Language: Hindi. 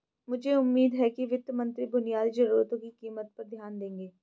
मुझे उम्मीद है कि वित्त मंत्री बुनियादी जरूरतों की कीमतों पर ध्यान देंगे